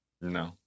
No